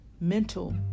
mental